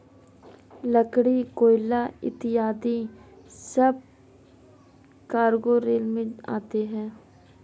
लकड़ी, कोयला इत्यादि सब कार्गो रेल से आते हैं